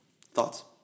Thoughts